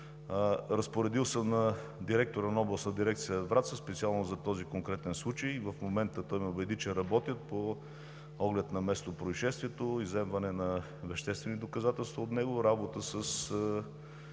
Разпоредил съм на директора на Областна дирекция – Враца, специално за този конкретен случай. В момента той ме увери, че работят по оглед на местопроизшествието – изземване на веществени доказателства от него, работа с